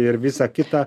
ir visą kitą